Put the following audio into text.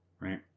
Right